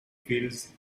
fields